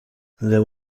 there